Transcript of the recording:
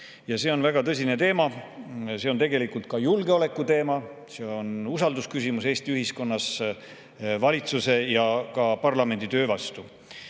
See on väga tõsine teema, see on tegelikult ka julgeolekuteema, see on küsimus Eesti ühiskonna usaldusest valitsuse ja ka parlamendi töö vastu.